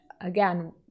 again